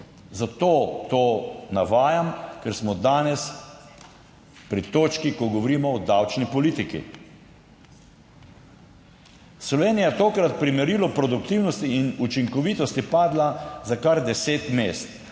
zato to navajam, ker smo danes pri točki, ko govorimo o davčni politiki. Slovenija je tokrat pri merilu produktivnosti in učinkovitosti padla za kar deset mest